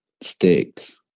sticks